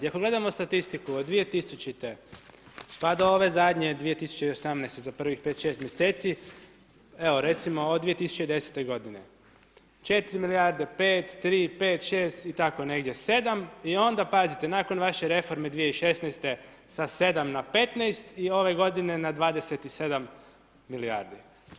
I ako gledamo statistiku od 2000. pa do ove zadnje 2018. za prvih pet, šest mjeseci, evo recimo od 2010. godine 4 milijarde, 5, 3, 5, 6 i tako negdje 7 i onda pazite, nakon vaše reforme 2016. sa 7 na 15 i ove godine na 27 milijardi.